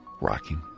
rocking